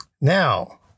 Now